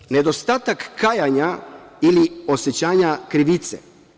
Prvo, nedostatak kajanja ili osećanja krivice.